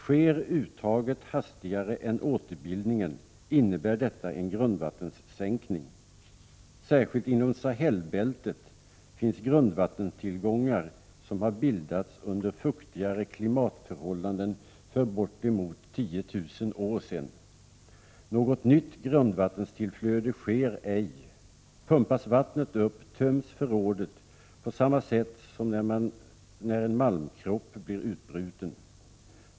Sker uttaget hastigare än återbildningen innebär detta en grundvattenssänkning. Särskilt inom Sahelbältet finns grundvattenstillgångar som har bildats under fuktigare klimatförhållande för bortemot 10 000 år sedan. Något nytt grundvattenstillflöde sker ej. Pumpas vattnet upp töms förrådet på samma sätt som när en malmkropp blir utbruten.